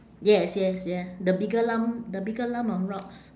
yes yes yes the bigger lump the bigger lump of rocks